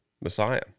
Messiah